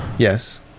Yes